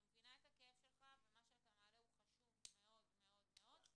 אני מבינה את הכאב שלך ומה שאתה מעלה הוא חשוב מאוד מאוד מאוד,